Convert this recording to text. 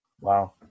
Wow